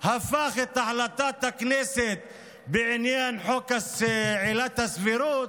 הפך את החלטת הכנסת בעניין עילת הסבירות,